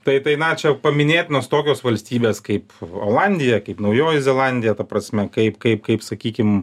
tai tai na čia paminėtinos tokios valstybės kaip olandija kaip naujoji zelandija ta prasme kaip kaip kaip sakykim